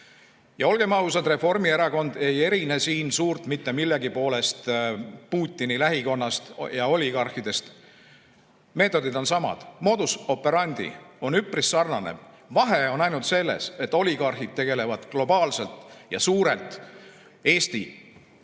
Ja olgem ausad, Reformierakond ei erine siin suurt mitte millegi poolest Putini lähikonnast, oligarhidest. Meetodid on samad, modus operandion üpris sarnane, vahe on ainult selles, et oligarhid tegutsevad globaalselt ja suurelt, Eesti